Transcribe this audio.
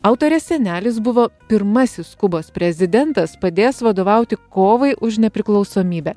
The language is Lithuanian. autorės senelis buvo pirmasis kubos prezidentas padės vadovauti kovai už nepriklausomybę